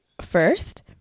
first